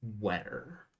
wetter